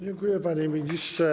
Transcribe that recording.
Dziękuję, panie ministrze.